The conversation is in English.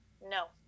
no